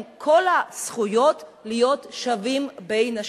כל הזכויות להיות שווים בין שווים.